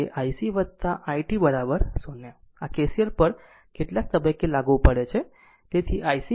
તેથી અહીં પણ iC iC પછી તે કારણ કે IC i t 0 છે આ KCL પર કેટલાક તબક્કે લાગુ પડે છે